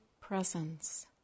presence